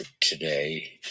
today